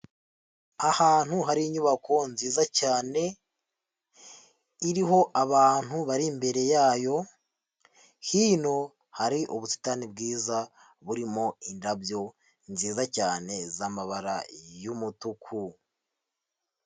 Ahantu hari inyubako nziza cyane, iriho abantu bari imbere yayo, hino hari ubusitani bwiza burimo indabyo nziza cyane z'amabara y'umutuku.